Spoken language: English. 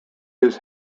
his